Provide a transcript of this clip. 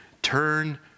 Turn